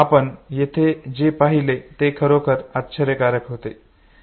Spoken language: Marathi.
आपण येथे जे पाहिले ते खरोखर आश्चर्यकारक होते